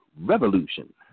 revolution